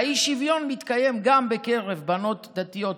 והאי-שוויון מתקיים גם בקרב בנות דתיות,